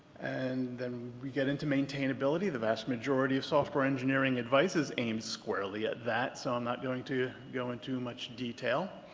and then we get into maintainability, the vast majority of software engineering advice is aimed squarely at that, so i'm not going to go into very much detail.